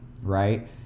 Right